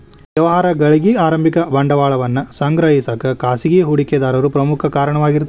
ವ್ಯವಹಾರಗಳಿಗಿ ಆರಂಭಿಕ ಬಂಡವಾಳವನ್ನ ಸಂಗ್ರಹಿಸಕ ಖಾಸಗಿ ಹೂಡಿಕೆದಾರರು ಪ್ರಮುಖ ಕಾರಣವಾಗಿರ್ತಾರ